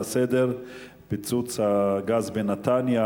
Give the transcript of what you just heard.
5885 ו-5888.